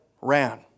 ran